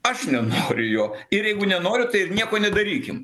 aš nenoriu jo ir jeigu nenoriu tai ir nieko nedarykim